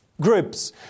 groups